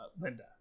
Linda